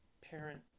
parent